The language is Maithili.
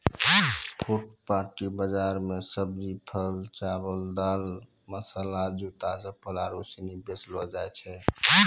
फुटपाटी बाजार मे सब्जी, फल, चावल, दाल, मसाला, जूता, चप्पल आरु सनी बेचलो जाय छै